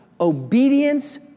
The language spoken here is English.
Obedience